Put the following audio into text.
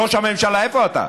ראש הממשלה, איפה אתה?